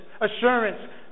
assurance